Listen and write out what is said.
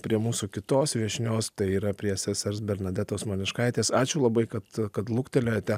prie mūsų kitos viešnios tai yra prie sesers bernadetos mališkaitės ačiū labai kad kad luktelėjote